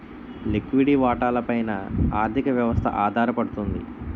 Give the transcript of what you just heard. లిక్విడి వాటాల పైన ఆర్థిక వ్యవస్థ ఆధారపడుతుంది